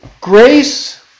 grace